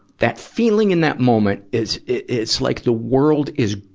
that feeling in that moment is, is like the world is,